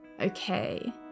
okay